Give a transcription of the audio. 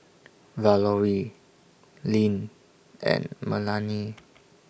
Valorie Lynn and Melany